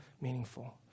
meaningful